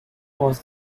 was